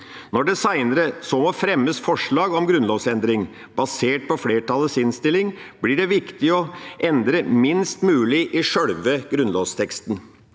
Når det senere fremmes forslag om en grunnlovsendring basert på flertallets innstilling, blir det viktig å endre minst mulig i sjølve grunnlovsteksten.